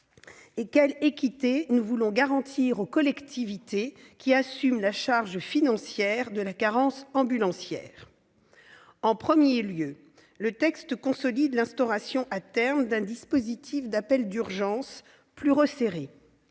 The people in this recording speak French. et l'équité que nous voulons garantir aux collectivités qui assument la charge financière de la carence ambulancière. En premier lieu, le texte consolide l'instauration à terme d'un dispositif d'appel d'urgence plus resserré.